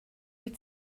wyt